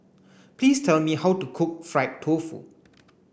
please tell me how to cook fried tofu